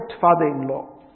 father-in-law